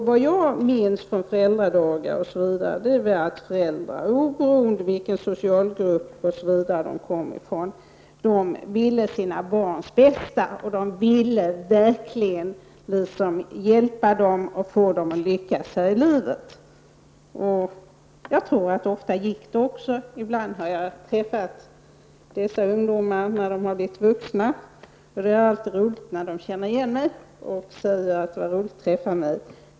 Vad jag minns från föräldradagar osv. var att föräldrar, oberoende av vilken socialgrupp de kom från, ville sina barns bästa och verkligen ville hjälpa dem att lyckas här i livet. Jag tror att det ofta också gick bra. Ibland har jag träffat dessa ungdomar sedan de blivit vuxna. Det är alltid roligt när de känner igen mig och säger att det var roligt att träffa mig.